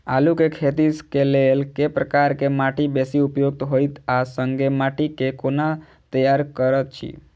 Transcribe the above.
आलु केँ खेती केँ लेल केँ प्रकार केँ माटि बेसी उपयुक्त होइत आ संगे माटि केँ कोना तैयार करऽ छी?